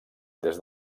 des